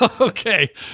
Okay